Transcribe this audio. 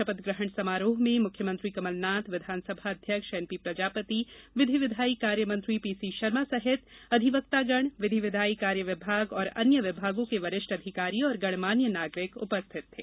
शपथ ग्रहण समारोह में मुख्यमंत्री कमल नाथ विधानसभा अध्यक्ष एनपीप्रजापति विधि विधायी कार्य मंत्री पीसी शर्मा सहित अधिवक्तागण विधि विधायी कार्य विभाग सहित अन्य विभागों के वरिष्ठ अधिकारी और गणमान्य नागरिक उपस्थित थे